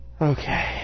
okay